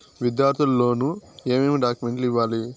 విద్యార్థులు లోను ఏమేమి డాక్యుమెంట్లు ఇవ్వాలి?